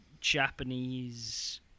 Japanese